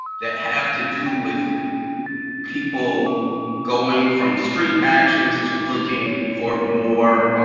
that have to do with people going from street actions to looking for more